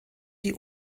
die